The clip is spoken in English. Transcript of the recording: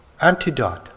antidote